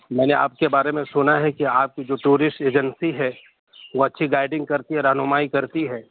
میں نے آپ کے بارے میں سنا ہے کہ آپ کی جو ٹورسٹ ایجنسی ہے وہ اچھی گائڈنگ کرتی ہے رہنمائی کرتی ہے